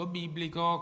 biblico